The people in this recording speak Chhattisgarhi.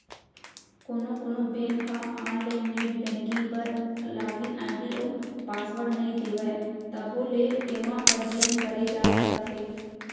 कोनो कोनो बेंक ह आनलाइन नेट बेंकिंग बर लागिन आईडी अउ पासवर्ड नइ देवय तभो ले एमा पंजीयन करे जा सकत हे